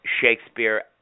Shakespeare